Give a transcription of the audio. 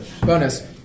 Bonus